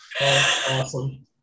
Awesome